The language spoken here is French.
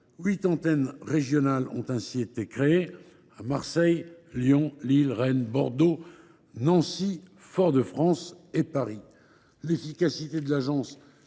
Huit antennes régionales ont ainsi été créées : à Marseille, à Lyon, à Lille, à Rennes, à Bordeaux, à Nancy, à Fort de France et à Paris. L’efficacité de l’Agence